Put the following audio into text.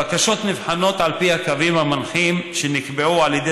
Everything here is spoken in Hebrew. הבקשות נבחנות על פי הקווים המנחים שנקבעו על ידי